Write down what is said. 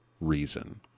reason